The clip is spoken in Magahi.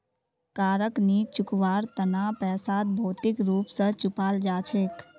कारक नी चुकवार तना पैसाक भौतिक रूप स चुपाल जा छेक